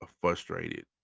frustrated